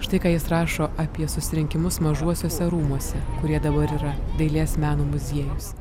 štai ką jis rašo apie susirinkimus mažuosiuose rūmuose kurie dabar yra dailės meno muziejus